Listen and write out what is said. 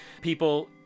people